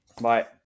Bye